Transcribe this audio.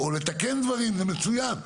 או לתקן דברים זה מצוין.